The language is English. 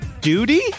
duty